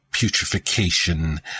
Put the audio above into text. putrefaction